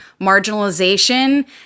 marginalization